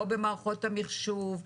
לא במערכות המחשוב,